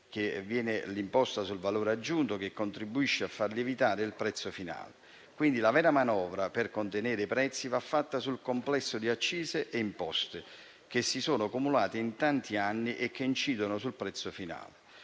accise viene l'imposta sul valore aggiunto, che contribuisce a far lievitare il prezzo finale. Pertanto, la vera manovra per contenere i prezzi va fatta sul complesso di accise e imposte che si sono accumulate in tanti anni e che incidono sul prezzo finale.